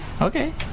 okay